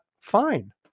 fine